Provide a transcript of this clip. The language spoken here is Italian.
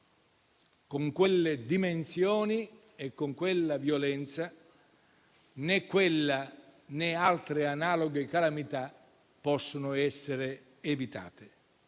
Con quelle dimensioni e con quella violenza, né quella, né altre analoghe calamità possono essere evitate.